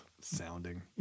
Sounding